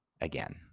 again